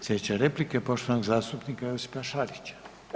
Slijedeće replike poštovanog zastupnika Josipa Šarića.